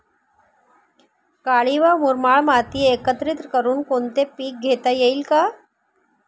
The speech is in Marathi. काळी व मुरमाड माती एकत्रित करुन कोणते पीक घेता येईल का?